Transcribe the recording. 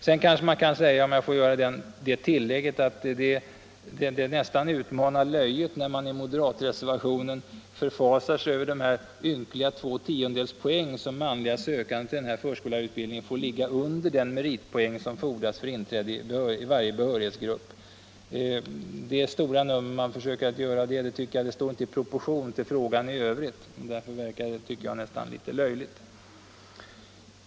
Sedan får jag kanske göra det tillägget att det nästan utmanar löjet när man i moderatreservationen 11 förfasar sig över de ynkliga två tiondels poäng med vilka manliga sökande till förskollärarutbildningen får ligga under den meritpoäng som fordras för inträde i varje behörighetsgrupp. Det stora nummer man försöker göra av detta tycker jag inte står i rätt propotion till frågan i övrigt, och därför verkar det nästan löjligt.